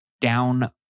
down